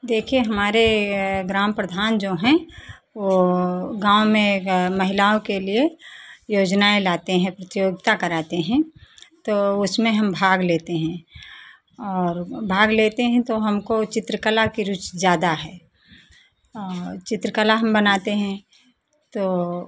देखिए हमारे ग्राम प्रधान जो हैं वह गाँव में महिलाओं के लिए योजनाएँ लाते हैं प्रतियोगिता कराते हैं तो उसमें हम भाग लेते हैं और भाग लेते हैं तो हमको चित्रकला की रुचि ज़्यादा है और चित्रकला हम बनाते हैं तो